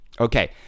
Okay